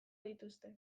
dituzte